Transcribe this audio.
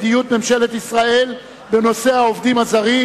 מדיניות ממשלת ישראל בנושא העובדים הזרים,